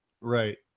Right